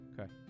Okay